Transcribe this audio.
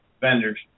vendors